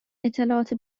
اطلاعات